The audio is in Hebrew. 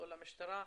לא למשטרה,